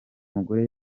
mugore